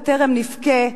בטרם נבכה,